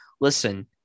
Listen